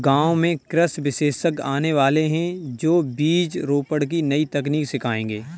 गांव में कृषि विशेषज्ञ आने वाले है, जो बीज रोपण की नई तकनीक सिखाएंगे